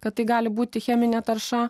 kad tai gali būti cheminė tarša